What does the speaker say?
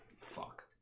Fuck